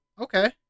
Okay